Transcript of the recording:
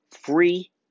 free